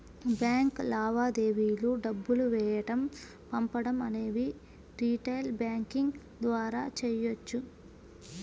bank లావాదేవీలు డబ్బులు వేయడం పంపడం అనేవి రిటైల్ బ్యాంకింగ్ ద్వారా చెయ్యొచ్చు